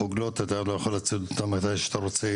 חוגלות, אתה לא יכול לצוד אותן מתי שאתה רוצה.